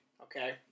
Okay